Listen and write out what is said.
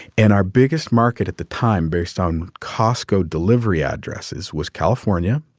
and our biggest market at the time, based on costco delivery addresses, was california